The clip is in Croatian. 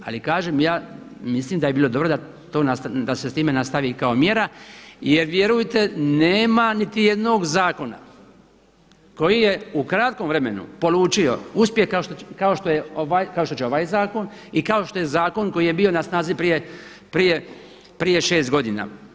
Ali kažem ja mislim da bi bilo dobro da se s tim nastavi kao mjera jer vjerujte nema niti jednog zakona koji je u kratkom vremenu polučio uspjeh kao što će ovaj zakon i kao što je zakon koji je bio na snazi prije šest godina.